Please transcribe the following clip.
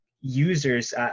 users